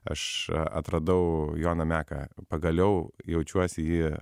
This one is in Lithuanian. aš atradau joną meką pagaliau jaučiuosi jį